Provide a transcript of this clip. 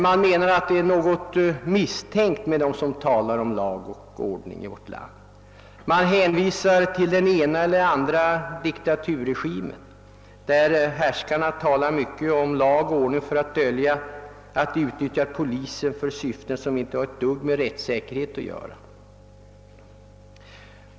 Man menar att det är någonting misstänkt med dem som talar om lag och ordning i vårt land, och man hänvisar till den ena eller andra diktaturregimen där härskarna talar mycket om lag och ordning för att dölja att de utnyttjar polisen för syften som inte har ett dugg med rättssäkerhet att göra.